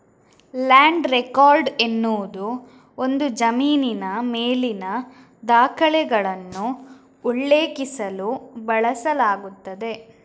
land record ಎನ್ನುವುದು ಒಂದು ಜಮೀನಿನ ಮೇಲಿನ ದಾಖಲೆಗಳನ್ನು ಉಲ್ಲೇಖಿಸಲು ಬಳಸಲಾಗುತ್ತದೆ